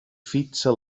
fixa